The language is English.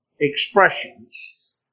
expressions